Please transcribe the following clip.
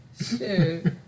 Shoot